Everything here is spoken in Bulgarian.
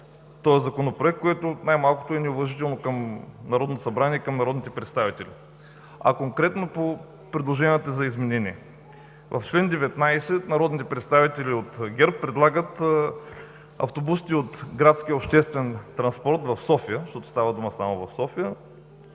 прибързано, което най-малкото е неуважително към Народното събрание и към народните представители. Конкретно по предложенията за изменение. В чл. 19 народните представители от ГЕРБ предлагат автобусите от градския и обществен транспорт в София, защото става дума само за София,